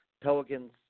Pelicans